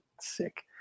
sick